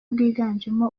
bwiganjemo